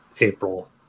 April